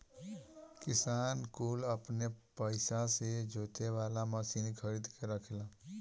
किसान कुल अपने पइसा से जोते वाला मशीन खरीद के रखेलन